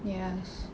yes